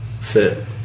Fit